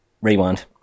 rewind